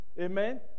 Amen